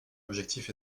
objectif